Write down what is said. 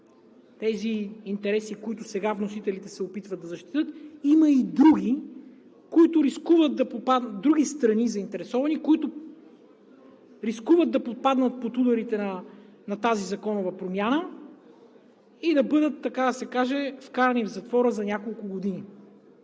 тези интереси, които сега вносителите се опитват да защитят, има и други заинтересовани страни, които рискуват да попаднат под ударите на тази законова промяна и да бъдат, така да се каже, вкарани в затвора за няколко години.